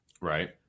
Right